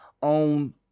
on